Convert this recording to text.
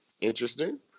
Interesting